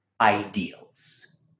Ideals